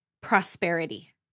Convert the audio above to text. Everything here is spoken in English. prosperity